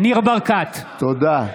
תודה.